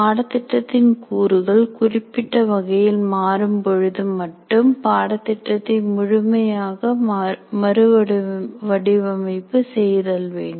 பாடத்திட்டத்தின் கூறுகள் குறிப்பிட்ட வகையில் மாறும்பொழுது மட்டும் பாடத்திட்டத்தை முழுமையாக மறு வடிவமைப்பு செய்தல் வேண்டும்